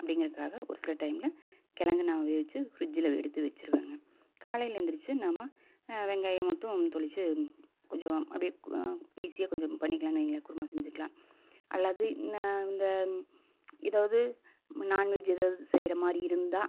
அப்படிங்கிறக்காக ஒரு சில டைமில் கிழங்கு நான் அவுச்சு ஃபிரிட்ஜில் எடுத்து வச்சிருவேங்க காலையில எந்திரிச்சு நாம வெங்காயம் மட்டும் கொஞ்சம் அப்படியே ஈஸியாக கொஞ்சம் பண்ணிக்காலான்னு வைங்களேன் குருமா செஞ்சுக்கலாம் அல்லது இந்த எதாவது நான்வெஜ் எதாவது செய்யற மாதிரி இருந்தா